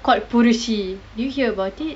called purushi did you hear about it